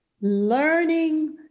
Learning